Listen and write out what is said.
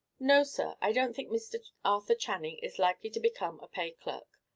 no, sir, i don't think mr. arthur channing is likely to become a paid clerk,